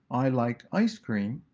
i like ice cream,